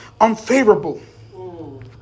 unfavorable